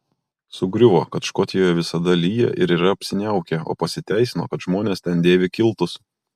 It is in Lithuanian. sugriuvo kad škotijoje visada lyja ir yra apsiniaukę o pasiteisino kad žmonės ten dėvi kiltus